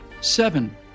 Seven